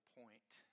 point